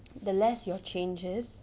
the less your changes